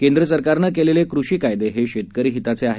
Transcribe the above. केंद्र सरकारनं केलेले कृषी कायदे हे शेतकरी हिताचे आहेत